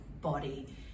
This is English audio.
body